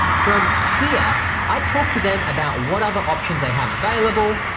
from here i talked to them about what other options they have available,